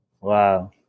Wow